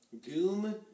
Doom